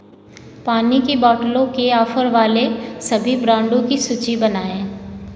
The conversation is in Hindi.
पानी की बॉटलों के ऑफ़र वाले सभी ब्रांडों की सूची बनाएँ